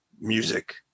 music